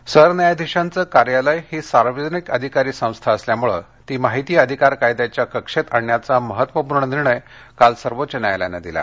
RTI सरन्यायाधीशांचं कार्यालय ही सार्वजनिक अधिकारी संस्था असल्यामुळे ती माहिती अधिकार कायद्याच्या कक्षेत आणण्याचा महत्त्वपूर्ण निर्णय काल सर्वोच्च न्यायालयानं दिला